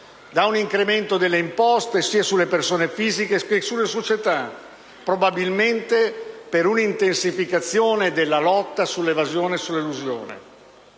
da un incremento delle imposte sia sulle persone fisiche che sulle società, probabilmente per una intensificazione della lotta all'evasione e all'elusione.